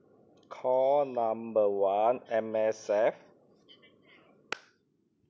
call number one M_S_F